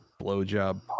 blowjob